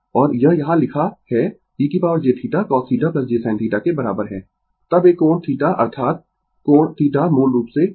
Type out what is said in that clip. और यह यहाँ लिखा है e jθ cosθ j sin θ के बराबर है तब एक कोण θ अर्थात कोण θ मूल रूप से